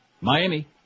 Miami